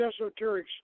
esoteric